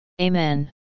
Amen